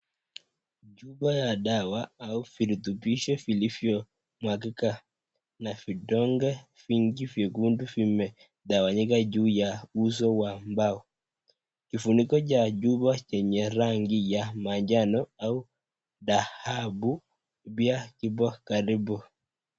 Chupa ya dawa au virutubisho vilivyomwagika na vidonge vingi vyekundu vimetawanyika juu ya uso wa mbao. Kifuniko cha chupa yenye rangi ya manjano au dhahabu pia kipo karibu.